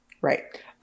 Right